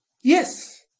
Yes